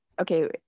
okay